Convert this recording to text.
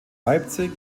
leipzig